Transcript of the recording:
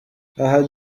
aha